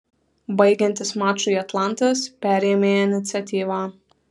baigiantis mačui atlantas perėmė iniciatyvą